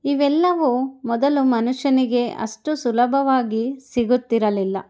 ಇವೆಲ್ಲವು ಮೊದಲು ಮನುಷ್ಯನಿಗೆ ಅಷ್ಟು ಸುಲಭವಾಗಿ ಸಿಗುತ್ತಿರಲಿಲ್ಲ